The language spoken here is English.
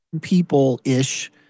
people-ish